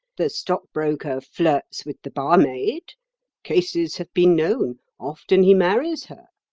the stockbroker flirts with the barmaid cases have been known often he marries her.